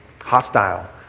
hostile